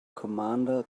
commander